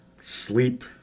sleep